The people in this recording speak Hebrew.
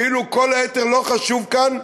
כאילו כל היתר לא חשוב כאן,